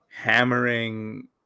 hammering